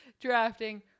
drafting